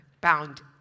bound